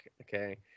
Okay